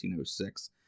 1906